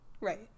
Right